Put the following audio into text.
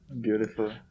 beautiful